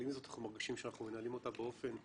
אבל עם זאת אנחנו מרגישים שאנחנו מנהלים אותה באופן סביר.